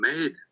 made